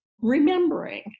remembering